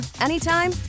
anytime